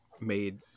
made